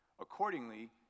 Accordingly